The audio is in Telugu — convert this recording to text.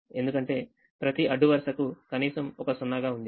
ఎందుకంటే ప్రతి అడ్డు వరుసకు కనీసం ఒక 0 గా ఉంది